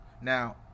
Now